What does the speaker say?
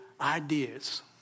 ideas